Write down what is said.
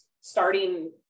starting